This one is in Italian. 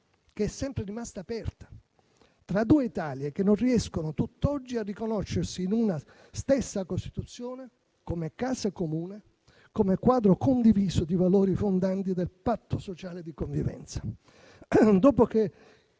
che è sempre rimasta aperta, tra due Italie che non riescono tutt'oggi a riconoscersi in una stessa Costituzione come casa comune, come quadro condiviso di valori fondanti del patto sociale di convivenza. Dopo che